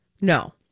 No